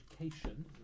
Education